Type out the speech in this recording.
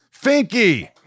Finky